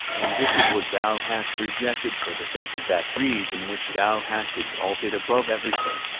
and this is what thou hast rejected for the sake of that freedom which thou hast exalted above everything.